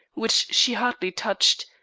which she hardly touched,